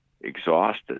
exhausted